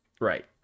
Right